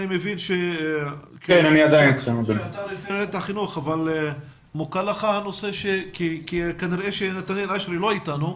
אני מבין שאתה רפרנט החינוך אבל כנראה שנתנאל אשרי לא איתנו,